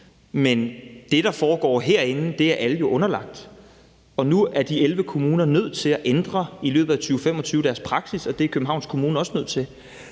Men det, der foregår herinde, er alle jo underlagt, og nu er de 11 kommuner nødt til i løbet af 2025 at ændre deres praksis, og det er Københavns Kommune også nødt til.